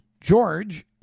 George